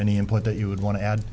any input that you would want to add